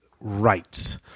rights